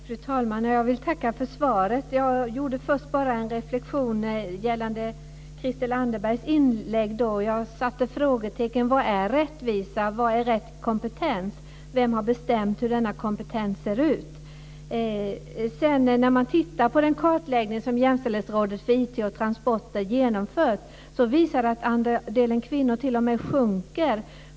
Fru talman! Jag vill tacka för svaret. Jag gjorde en reflektion gällande Christel Anderbergs inlägg. Jag satte frågetecken: Vad är rättvisa? Vad är rätt kompetens? Vem har bestämt hur denna kompetens ser ut? och transport har genomfört visar att andelen kvinnor t.o.m. sjunker.